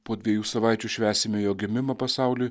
po dviejų savaičių švęsime jo gimimą pasauliui